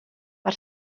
per